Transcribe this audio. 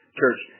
church